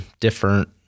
different